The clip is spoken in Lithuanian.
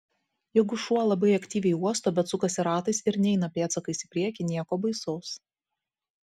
jeigu šuo labai aktyviai uosto bet sukasi ratais ir neina pėdsakais į priekį nieko baisaus